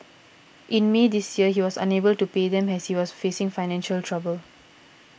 in May this year he was unable to pay them as he was facing financial trouble